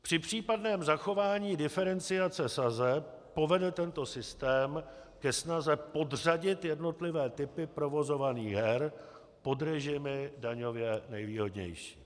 Při případném zachování diferenciace sazeb povede tento systém ke snaze podřadit jednotlivé typy provozovaných her pod režimy daňově nejvýhodnější.